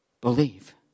believe